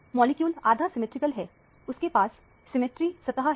molecule आधा symmetrical है उसके पास सिमेट्री सतह है